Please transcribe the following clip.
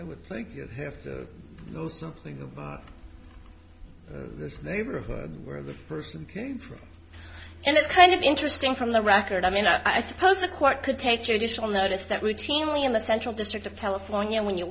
i would think you'd have to know something about and it's kind of interesting from the record i mean i suppose the court could take judicial notice that routinely in the central district of california when you